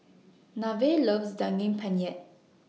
Nevaeh loves Daging Penyet